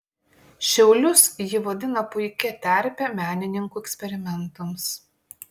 šiaulius ji vadina puikia terpe menininkų eksperimentams